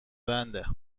بنده